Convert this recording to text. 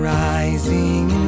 rising